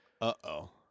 uh-oh